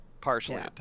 partially